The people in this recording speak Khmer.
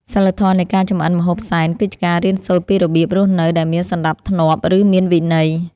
សីលធម៌នៃការចម្អិនម្ហូបសែន គឺជាការរៀនសូត្រពីរបៀបរស់នៅដែលមានសណ្តាប់ធ្នាប់ ឬមានវិន័យ។